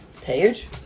page